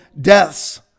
deaths